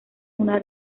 una